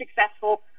successful